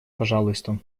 пожалуйста